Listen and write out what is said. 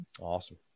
Awesome